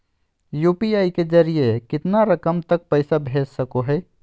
UPI के जरिए कितना रकम तक पैसा भेज सको है?